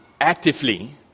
actively